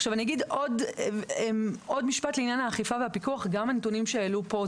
עוד משפט לעניין האכיפה והפיקוח גם הנתונים שהעלו פה,